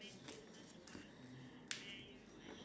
so ya so I I feel is something that